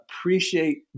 appreciate